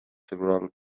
several